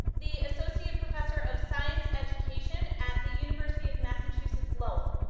the associate professor of science education at the university of massachusetts, lowell.